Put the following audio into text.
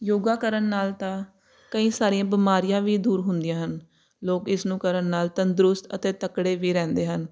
ਯੋਗਾ ਕਰਨ ਨਾਲ ਤਾਂ ਕਈ ਸਾਰੀਆਂ ਬਿਮਾਰੀਆਂ ਵੀ ਦੂਰ ਹੁੰਦੀਆਂ ਹਨ ਲੋਕ ਇਸ ਨੂੰ ਕਰਨ ਨਾਲ ਤੰਦਰੁਸਤ ਅਤੇ ਤਕੜੇ ਵੀ ਰਹਿੰਦੇ ਹਨ